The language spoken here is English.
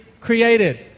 created